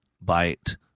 bite